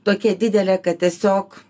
tokia didelė kad tiesiog